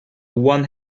one